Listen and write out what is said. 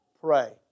pray